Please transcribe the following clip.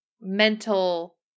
mental